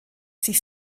sich